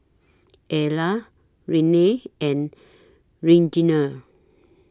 Ella Renae and Reginald